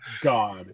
God